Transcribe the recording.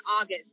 August